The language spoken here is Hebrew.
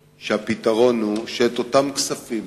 אני חושב שהפתרון הוא שאותם כספים